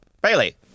Bailey